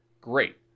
great